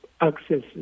access